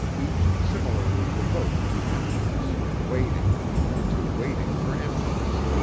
each similarly devoted to emptiness and waiting to waiting for emptiness.